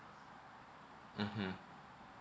mmhmm